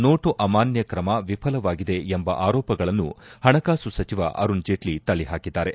note ಅಮಾನ್ಲ ಕ್ರಮ ವಿಫಲವಾಗಿದೆ ಎಂಬ ಆರೋಪಗಳನ್ನು ಹಣಕಾಸು ಸಚಿವ ಅರುಣ್ ಜೇಟ್ನ ತಳ್ಳಹಾಕಿದ್ದಾರೆ